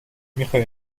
میخوای